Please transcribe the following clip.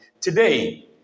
Today